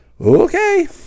Okay